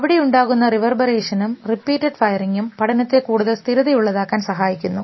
അവിടെയുണ്ടാകുന്ന റിവർബറേഷനും റിപ്പീറ്റഡ് ഫയറിങ്ങും പഠനത്തെ കൂടുതൽ സ്ഥിരതയുള്ളതാക്കാൻ സഹായിക്കുന്നു